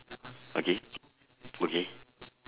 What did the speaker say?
okay okay